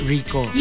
Rico